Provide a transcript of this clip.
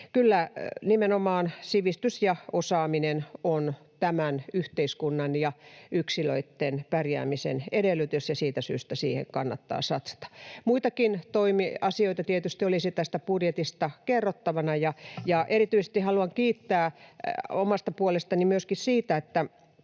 Kyllä nimenomaan sivistys ja osaaminen on tämän yhteiskunnan ja yksilöitten pärjäämisen edellytys, ja siitä syystä siihen kannattaa satsata. Muitakin asioita tietysti olisi tästä budjetista kerrottavana. Erityisesti haluan kiittää omasta puolestani myöskin siitä, että